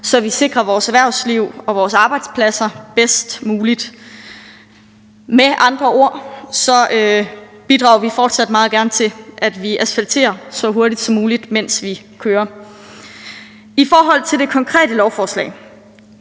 så vi sikrer vores erhvervsliv og vores arbejdspladser bedst muligt. Med andre ord bidrager vi fortsat meget gerne til, at vi asfalterer så hurtigt som muligt, mens vi kører. Jeg vil ikke gennemgå det konkrete lovforslag